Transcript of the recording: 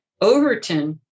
Overton